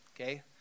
okay